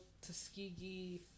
Tuskegee